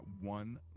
one